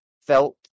felt